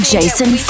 Jason